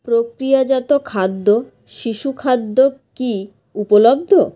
প্রক্রিয়াজাত খাদ্য শিশুখাদ্য কি উপলব্ধ